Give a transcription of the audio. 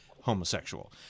homosexual